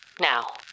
Now